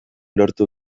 lortu